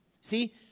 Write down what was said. See